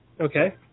Okay